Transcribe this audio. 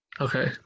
Okay